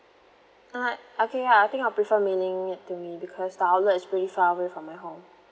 uh okay I think I'll prefer mailing it to me because the outlet is pretty far away from my home